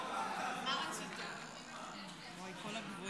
תודה רבה.